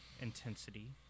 intensity